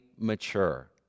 mature